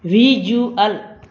visual